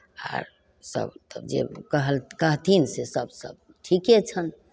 आओर सब तब जे कहल कहथिन से सब सब ठिके छनि